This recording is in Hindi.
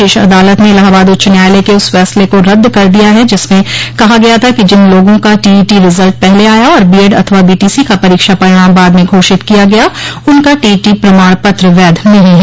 शीर्ष अदालत ने इलाहाबाद उच्च न्यायालय के उस फैसले को रदद कर दिया है जिसमें कहा गया था कि जिन लोगों का टीईटी रिजल्ट पहले आया और बीएड अथवा बीटीसी का परीक्षा परिणाम बाद में घोषित किया गया उनका टीईटी प्रमाण पत्र वैध नहीं है